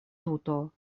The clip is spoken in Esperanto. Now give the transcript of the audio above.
tuto